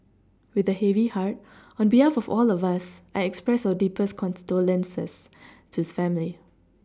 with a heavy heart on behalf of all of us I expressed our deepest condolences to his family